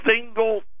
single